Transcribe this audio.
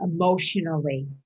emotionally